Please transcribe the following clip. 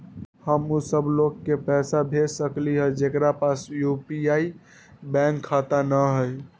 हम उ सब लोग के पैसा भेज सकली ह जेकरा पास यू.पी.आई बैंक खाता न हई?